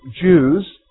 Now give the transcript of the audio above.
Jews